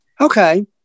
Okay